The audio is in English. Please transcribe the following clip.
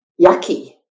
yucky